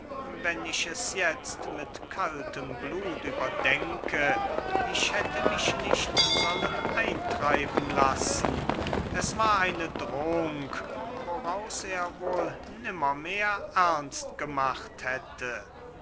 doch wenn ich es jetzt mit kaltem blut überdenke ich hätte mich nicht sollen eintreiben lassen es war eine drohung woraus er wohl nimmermehr ernst gemacht hätte